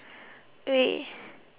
wait